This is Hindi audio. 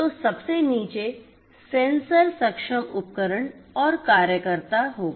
तो सबसे नीचे सेंसर सक्षम उपकरण और कार्यकर्ता होगा